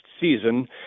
season